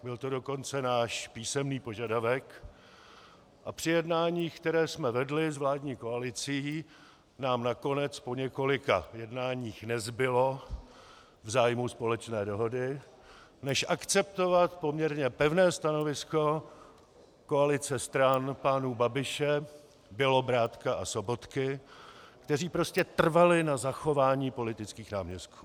Byl to dokonce náš písemný požadavek a při jednáních, která jsme vedli s vládní koalicí, nám nakonec po několika jednáních nezbylo v zájmu společné dohody, než akceptovat poměrně pevné stanovisko koalice stran pánů Babiše, Bělobrádka a Sobotky, kteří prostě trvali na zachování politických náměstků.